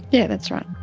yeah, that's right.